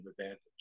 advantage